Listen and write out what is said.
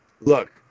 Look